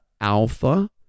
Alpha